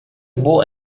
buc